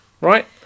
right